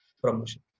promotion